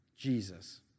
Jesus